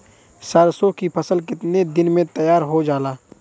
सरसों की फसल कितने दिन में तैयार हो जाला?